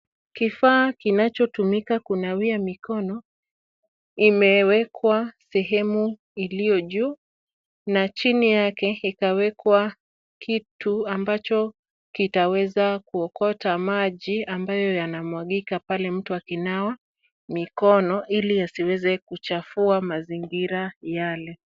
Kifaa kinachotumika kunawia mikono ,kimewekwa sehemu iliyo juu na chini yake ikawekwa kitu ambacho kitaweza kuokota maji ambayo yanamwagika pale mtu akinawa mikono ili asiweze kuchafua mazingira yale.